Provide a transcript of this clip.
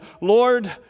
Lord